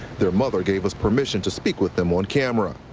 their mother gave us permission to speak with them on camera.